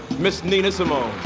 miss nina simone